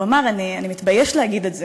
והוא אמר: אני מתבייש להגיד את זה,